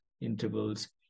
intervals